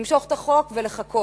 למשוך את החוק ולחכות,